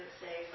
say